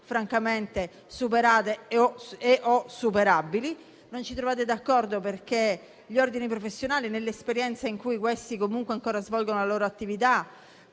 francamente superate e/o superabili. Non ci trovate d'accordo perché gli ordini professionali, nelle esperienze in cui ancora svolgono la loro attività,